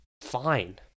fine